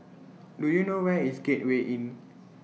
Do YOU know Where IS Gateway Inn